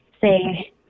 say